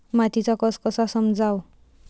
मातीचा कस कसा समजाव?